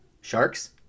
Sharks